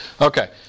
Okay